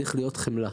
צריכה להיות חמלה.